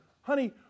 honey